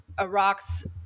Iraq's